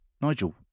Nigel